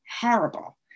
horrible